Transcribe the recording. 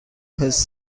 his